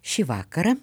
šį vakarą